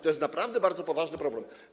To jest naprawdę bardzo poważny problem.